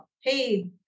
hey